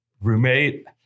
roommate